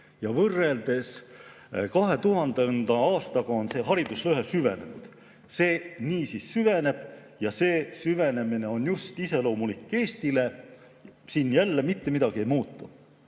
Võrreldes 2000. aastaga on see hariduslõhe süvenenud. See niisiis süveneb ja see süvenemine on iseloomulik just Eestile. Siin jälle mitte midagi ei muutu.